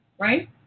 Right